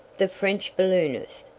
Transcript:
the french balloonist.